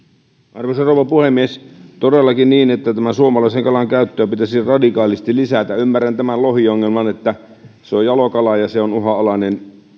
arvoisa rouva puhemies on todellakin niin että suomalaisen kalan käyttöä pitäisi radikaalisti lisätä ymmärrän tämän lohiongelman että se on jalokala ja se on uhanalainen